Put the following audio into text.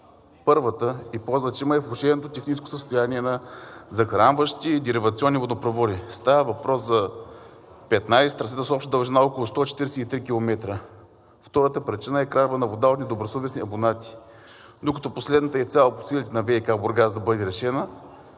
Първата и по-значима е влошеното техническо състояние на захранващи и деривационни водопроводи. Става въпрос за 15 трасета с обща дължина около 143 км. Втората причина е кражба на вода от недобросъвестни абонати. Докато последната е изцяло по силите на ВИК – Бургас, да бъде решена,